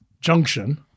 Junction